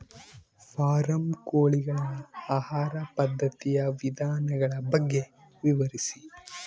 Form ಕೋಳಿಗಳ ಆಹಾರ ಪದ್ಧತಿಯ ವಿಧಾನಗಳ ಬಗ್ಗೆ ವಿವರಿಸಿ?